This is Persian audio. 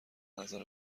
نظر